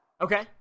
Okay